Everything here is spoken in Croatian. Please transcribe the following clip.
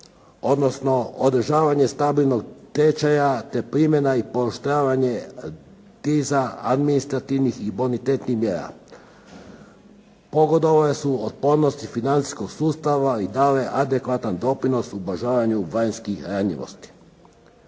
odnosno održavanje stabilnog tečaja i te primjena i pooštravanje niza administrativnih i bonitetnih mjera pogodovale su otpornosti financijskog sustav i dale adekvatan doprinos ublažavanju vanjskih ranjivosti.